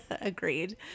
agreed